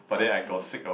I see